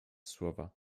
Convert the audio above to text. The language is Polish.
słowa